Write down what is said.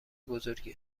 بزرگی